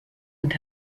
und